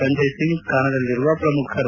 ಸಂಜಯ್ ಸಿಂಗ್ ಕಣದಲ್ಲಿರುವ ಪ್ರಮುಖರು